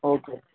okay